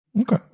Okay